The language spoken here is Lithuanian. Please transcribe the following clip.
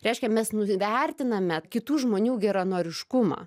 reiškia mes nuvertiname kitų žmonių geranoriškumą